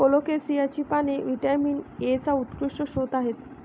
कोलोकेसियाची पाने व्हिटॅमिन एचा उत्कृष्ट स्रोत आहेत